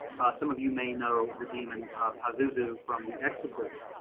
some of you may know the demon pazuzu from the exorcist.